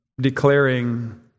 declaring